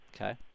Okay